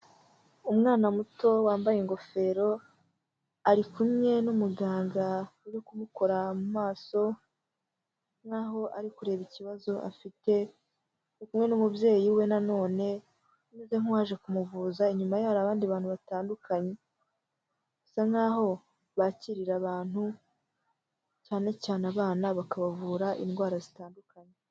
Umwana muto wambaye ingofero ari kumwe n'umuganga uri kumukora mu maso nkaho, ari kureba ikibazo afite, ari kumwe n'umubyeyi we na none ameze nk'uwaje kumuvuza, inyuma hari abandi bantu batandukanye, hasa nk'aho bakirira abantu cyane cyane abana bakabavura indwara zitandukanye.